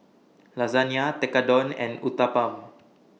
Lasagna Tekkadon and Uthapam